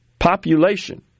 Population